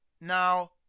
now